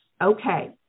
okay